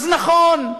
אז, נכון,